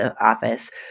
Office